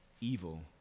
evil